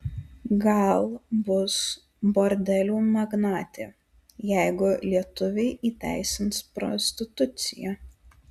gal bus bordelių magnatė jeigu lietuviai įteisins prostituciją